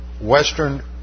western